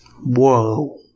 Whoa